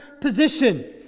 position